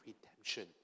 redemption